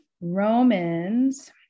Romans